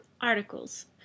articles